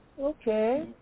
Okay